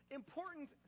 important